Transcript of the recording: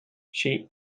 she